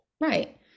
right